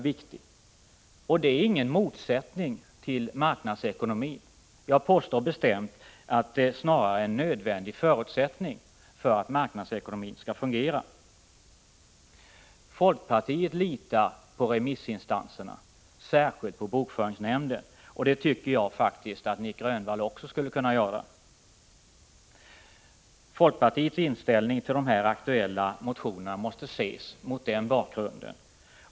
Detta innebär ingen motsättning till marknadsekonomin. Jag påstår bestämt att denna dubbla funktion snarare är en nödvändig förutsättning för att marknadsekonomin skall fungera. Folkpartiet litar på remissinstanserna, särskilt på bokföringsnämnden, och det tycker jag faktiskt att också Nic Grönvall skulle kunna göra. Folkpartiets inställning till de aktuella motionerna måste ses med den bakgrunden.